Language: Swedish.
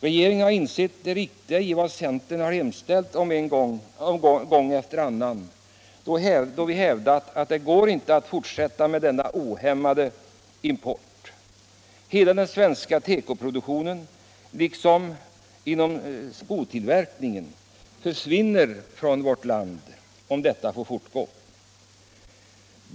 Regeringen har insett det riktiga i vad centern har hemställt om gång efter annan, då vi hävdat att det inte går att fortsätta med denna ohämmade import. Hela den svenska tekoproduktionen liksom skotillverkningen försvinner från vårt land om detta får fortgå.